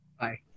bye